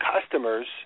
customers